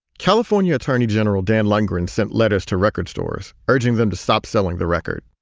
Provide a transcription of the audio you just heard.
california attorney general dan lungren sent letters to record stores urging them to stop selling the record.